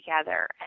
together